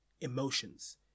emotions